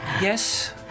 Yes